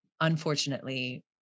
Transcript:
unfortunately